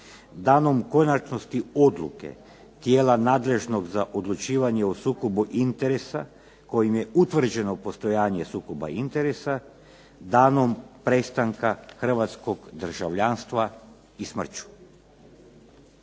danom konačnosti odluke tijela nadležnog za odlučivanje o sukobu interesa kojim je utvrđeno postojanje sukoba interesa danom prestanka hrvatskog državljanstva i smrću.